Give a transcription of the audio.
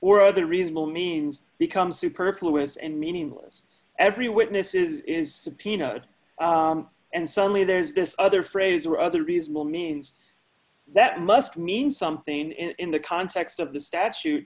or other reasonable means becomes superfluities and meaningless every witness is is pino and suddenly there's this other phrase or other reasonable means that must mean something in the context of the statute